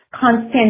constant